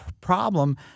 problem